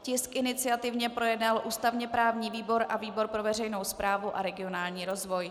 Tisk iniciativně projednal ústavněprávní výbor a výbor pro veřejnou správu a regionální rozvoj.